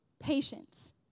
Patience